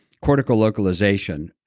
cortical localization,